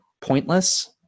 pointless